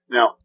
Now